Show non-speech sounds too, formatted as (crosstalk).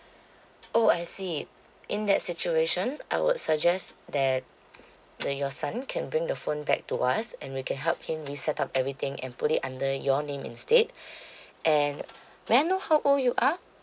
oh I see in that situation I would suggest that when your son can bring the phone back to us and we can help him re-setup everything and put it under your name instead (breath) and may I know how old you are